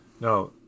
now